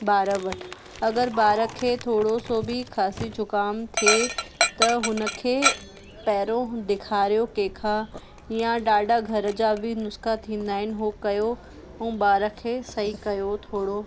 ॿारु वटि अगरि ॿार खे थोरो सो बि खांसी जुखाम थिए त हुन खे पहिरों ॾेखारियो कंहिं खां या ॾाढा घर जा बि नुस्खा थींदा आहिनि उहो कयो ऐं ॿार खे सही कयो थोरो